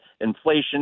inflation